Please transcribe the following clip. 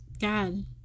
God